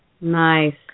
Nice